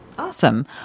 awesome